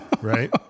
right